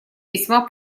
весьма